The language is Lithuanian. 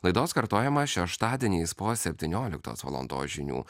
laidos kartojimą šeštadieniais po septynioliktos valandos žinių